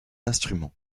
instruments